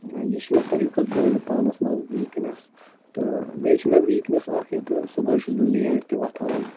یہِ چھِ مےٚ ساروی کھۄتہٕ بٔڑ پانَس منٛز ویٖکنٮ۪س تہٕ بیٚیہِ چھِ مےٚ ویٖکنٮ۪س اَکھ یہِ تہٕ صُبحٲے چھُس بہٕ لیٹ تہِ وۄتھان